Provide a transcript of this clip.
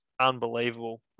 unbelievable